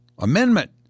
Amendment